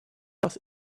was